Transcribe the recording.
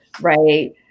Right